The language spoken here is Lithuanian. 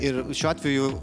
ir šiuo atveju